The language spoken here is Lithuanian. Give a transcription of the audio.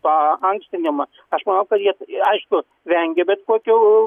pa ankstinimą aš manau kad jie i aišku vengė bet kokių